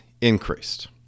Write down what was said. increased